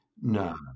No